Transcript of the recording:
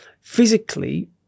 Physically